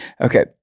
Okay